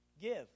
Give